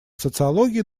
социологии